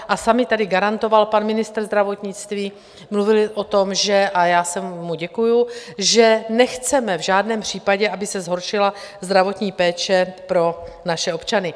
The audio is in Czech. Sám mi tady garantoval pan ministr zdravotnictví, mluvil o tom a já mu děkuji že nechceme v žádném případě, aby se zhoršila zdravotní péče pro naše občany.